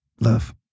Love